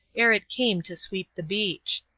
ere it came to sweep the beach.